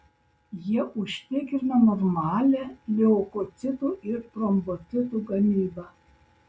jie užtikrina normalią leukocitų ir trombocitų gamybą